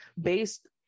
based